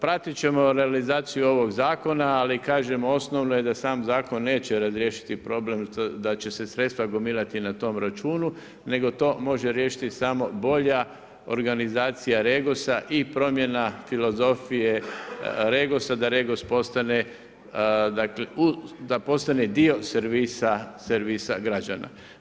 Prati ćemo realizaciju ovog zakona, ali kažem, osnovno je da sam zakon neće razriješiti problem, da će se sredstva gomilati na tom računu, nego to može riješiti bolja organizacija REGOS-a i promjena filozofije REGOS-a da REGOS postane dakle, da postane dio servisa građana.